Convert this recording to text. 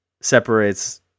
separates